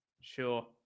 Sure